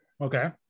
Okay